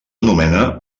anomena